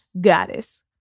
goddess